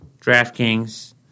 DraftKings